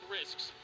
risks